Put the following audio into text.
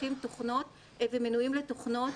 צריכים תוכנות ומנויים לתוכנות